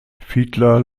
fiedler